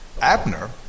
Abner